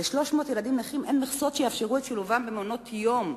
ל-300 ילדים נכים אין מכסות שיאפשרו את שילובם במעונות יום,